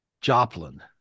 Joplin